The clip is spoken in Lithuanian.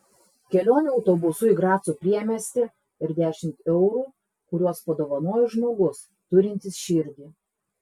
kelionė autobusu į graco priemiestį ir dešimt eurų kuriuos padovanojo žmogus turintis širdį